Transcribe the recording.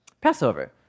Passover